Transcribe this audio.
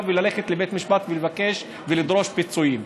וללכת לבית משפט ולבקש ולדרוש פיצויים.